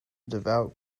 devout